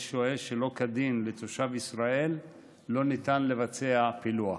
שוהה שלא כדין לתושב ישראל לא ניתן לבצע פילוח.